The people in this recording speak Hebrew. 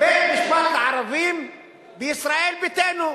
בית-משפט לערבים בישראל ביתנו.